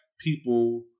people